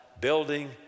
building